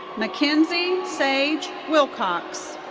mckenzie sage wilcox.